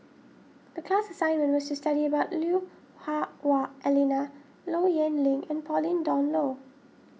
the class assignment was to study about Lui Hah Wah Elena Low Yen Ling and Pauline Dawn Loh